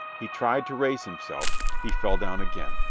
he tried to raise himself he fell down again.